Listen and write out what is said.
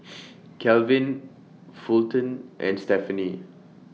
Kelvin Fulton and Stefanie